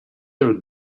are